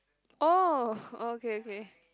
oh okay okay